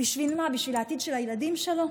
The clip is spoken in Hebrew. בשביל מה, בשביל העתיד של הילדים שלו?